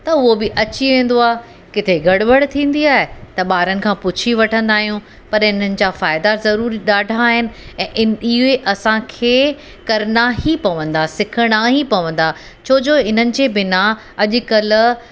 त उहो बि अची वेंदो आहे किथे गड़बड़ थींदी आहे त ॿारनि खां पुछी वठंदा आहियूं पर इन्हनि जा फ़ाइदा ज़रूरु ॾाढा आहिनि ऐं हिन इहो ई असांखे करिणा ई पवंदा सिखिणा ई पवंदा छो जो इन्हनि जे बिना अॼुकल्ह